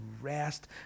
rest